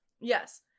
Yes